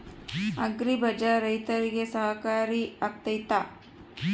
Agri bazaar ರೈತರಿಗೆ ಸಹಕಾರಿ ಆಗ್ತೈತಾ?